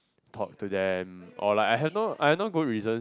talk to them or like I have no I have no good reason